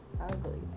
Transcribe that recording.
ugly